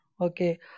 Okay